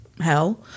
hell